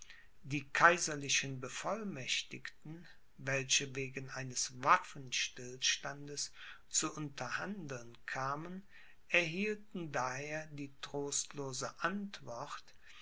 die kaiserlichen bevollmächtigten welche wegen eines waffenstillstandes zu unterhandeln kamen erhielten daher die trostlose antwort